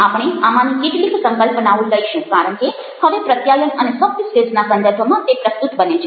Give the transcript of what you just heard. આપણે આમાંની કેટલીક સંકલ્પનાઓ લઈશું કારણ કે હવે પ્રત્યાયન અને સોફ્ટ સ્કિલ્સના સંદર્ભમાં તે પ્રસ્તુત બને છે